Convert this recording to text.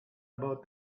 about